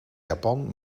japan